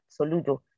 Soludo